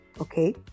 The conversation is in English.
Okay